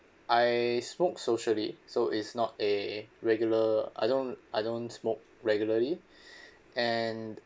I smoke socially so is not a regular I don't I don't smoke regularly and